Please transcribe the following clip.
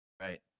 Right